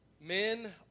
men